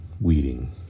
Weeding